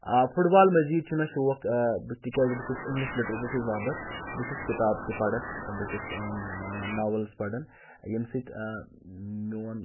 foot بال مٔزیٖد چھِ مےٚ شوق تِکیازِ بہٕ چھُس اِنٛگلِش لِٹریچرس سۭتۍ وابسط بہٕ چھُس کِتاب تہِ پَران بہٕ چھُس ناوَلز پَران ییٚمہِ سۭتۍ میون